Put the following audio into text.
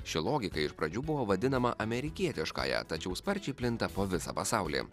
ši logika iš pradžių buvo vadinama amerikietiškąja tačiau sparčiai plinta po visą pasaulį